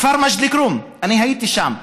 הכפר מג'ד אל-כרום, אני הייתי שם,